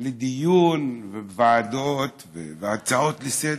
לדיון בוועדות והצעות לסדר-היום.